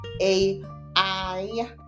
AI